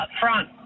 front